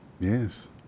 yes